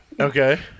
okay